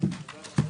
בשעה 17:11.